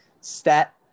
Stat-